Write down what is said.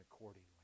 accordingly